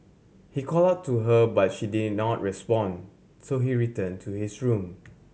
he called out to her but she did not respond so he returned to his room